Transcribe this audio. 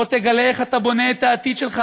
בוא תגלה איך אתה בונה את העתיד שלך.